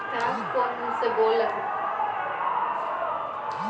हमर सावधि जमा के परिपक्वता राशि की छै?